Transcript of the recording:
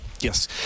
Yes